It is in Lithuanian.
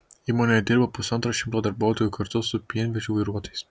įmonėje dirba pusantro šimto darbuotojų kartu su pienvežių vairuotojais